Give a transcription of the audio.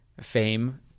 fame